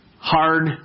Hard